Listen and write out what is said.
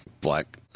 Black